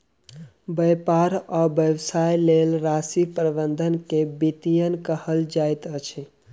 व्यापार आ व्यवसायक लेल राशि प्रबंधन के वित्तीयन कहल जाइत अछि